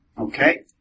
Okay